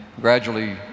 gradually